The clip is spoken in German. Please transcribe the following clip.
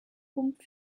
pump